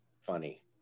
funny